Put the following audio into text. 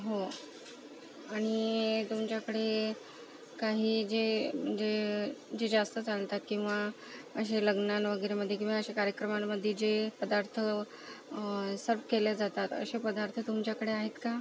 हो आणि तुमच्याकडे काही जे जे जे जास्त चालतात किंवा असे लग्नांवगैरे मध्ये किंवा असे कार्यक्रमांमध्ये जे पदार्थ सर्व्ह केले जातात असे पदार्थ तुमच्याकडे आहेत का